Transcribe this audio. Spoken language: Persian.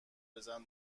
بزن